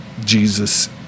Jesus